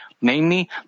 Namely